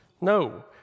no